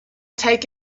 take